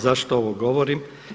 Zašto ovo govorim?